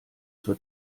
zur